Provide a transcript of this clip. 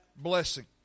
blessing